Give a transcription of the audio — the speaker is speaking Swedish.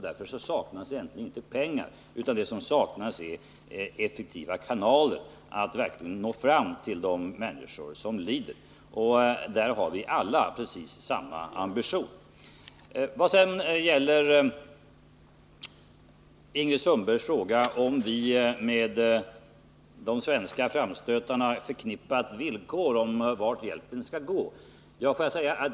Därför saknas egentligen inte pengar, utan det som saknas är effektiva kanaler för att verkligen nå fram till de människor som lider. Ingrid Sundberg frågade, om vi med de svenska framstötarna har förknippat villkor om vart hjälpen skall gå.